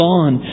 on